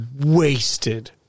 wasted